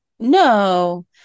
No